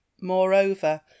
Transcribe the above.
Moreover